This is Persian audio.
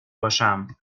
باشم